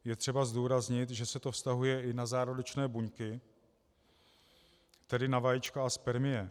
Je třeba zdůraznit, že se to vztahuje i na zárodečné buňky, tedy na vajíčka a spermie.